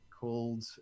called